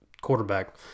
quarterback